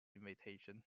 invitation